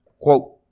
Quote